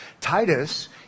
Titus